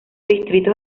distritos